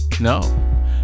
No